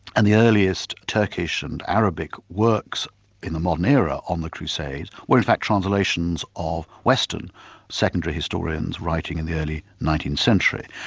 and the earliest turkish and arabic works in the modern era on the crusades, were in fact translations of western secondary historians writing in the early nineteenth century.